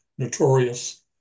notorious